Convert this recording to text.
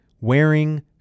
wearing